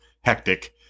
hectic